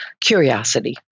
Curiosity